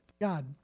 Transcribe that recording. God